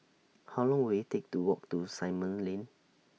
How Long Will IT Take to Walk to Simon Lane